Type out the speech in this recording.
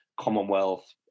Commonwealth